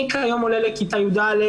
אני עולה לכיתה י"א,